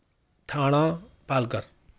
Thane Palkar